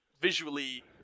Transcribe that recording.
visually